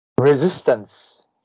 resistance